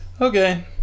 Okay